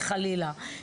וחלילה,